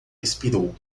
expirou